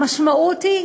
המשמעות היא,